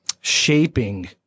shaping